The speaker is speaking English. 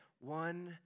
one